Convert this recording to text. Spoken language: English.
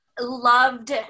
loved